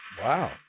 Wow